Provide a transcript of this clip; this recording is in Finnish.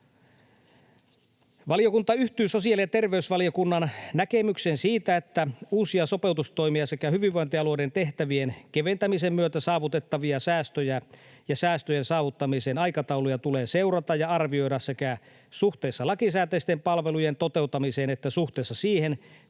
Valiokunta yhtyy sosiaali- ja terveysvaliokunnan näkemykseen siitä, että uusia sopeutustoimia sekä hyvinvointialueiden tehtävien keventämisen myötä saavutettavia säästöjä ja säästöjen saavuttamisen aikatauluja tulee seurata ja arvioida suhteessa sekä lakisääteisten palvelujen toteuttamiseen että siihen, korjaavatko